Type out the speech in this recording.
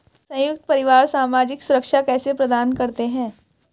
संयुक्त परिवार सामाजिक सुरक्षा कैसे प्रदान करते हैं?